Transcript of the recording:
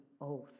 oath